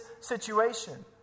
situation